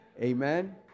Amen